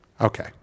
Okay